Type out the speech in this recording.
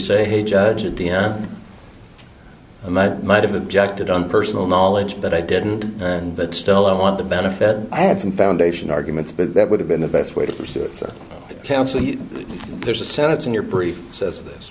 say hey judge a d m and i might have objected on personal knowledge but i didn't and but still i want the benefit i had some foundation arguments but that would have been the best way to pursue it counsel there's a sentence in your brief says this